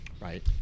right